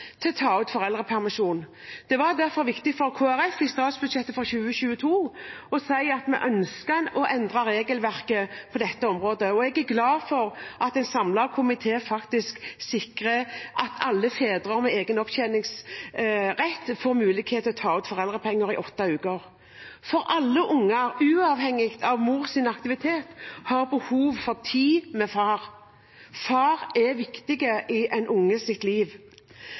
til å ta ut foreldrepermisjon. Det var derfor viktig for Kristelig Folkeparti i statsbudsjettet for 2022 å si at vi ønsket å endre regelverket på dette området, og jeg er glad for at en samlet komité faktisk sikrer at alle fedre med egen opptjeningsrett får mulighet til å ta ut foreldrepenger i åtte uker. Alle barn, uavhengig av mors aktivitet, har behov for tid med far. Far er viktig i et barns liv.